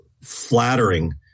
flattering